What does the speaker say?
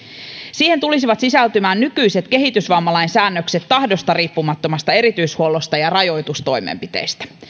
siihen tulisivat sisältymään nykyiset kehitysvammalain säännökset tahdosta riippumattomasta erityishuollosta ja rajoitustoimenpiteistä